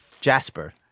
Jasper